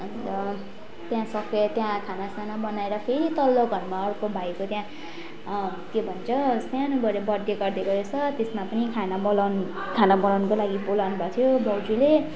अन्त त्यहाँ सकेँ त्यहाँ खाना साना बनाएर फेरि तल्लो घरमा अर्को भाइको त्यहाँ के भन्छ सानो बडे बर्थडे गरिदिएको रहेछ त्यसमा पनि खाना बोलाउनु खाना बनाउनुको लागि बोलाउनु भएको थियो भाउजूले